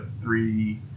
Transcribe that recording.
three